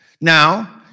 Now